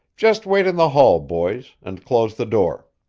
just wait in the hall, boys and close the door.